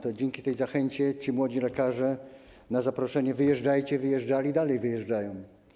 To dzięki tej zachęcie młodzi lekarze na zaproszenie „wyjeżdżajcie” wyjeżdżali i dalej wyjeżdżają.